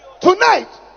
tonight